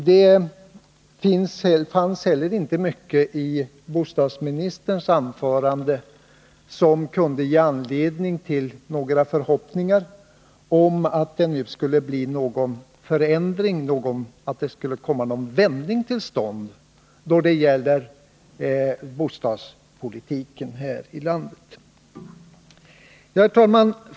Det 1 fanns heller inte mycket i bostadsministerns anförande som kunde ge anledning till några förhoppningar om att det nu skulle bli någon förändring av bostadspolitiken här i landet. Herr talman!